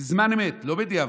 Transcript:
בזמן אמת, לא בדיעבד.